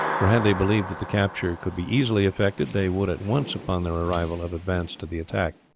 for had they believed that the capture could be easily effected they would at once upon their arrival have advanced to the attack.